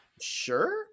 Sure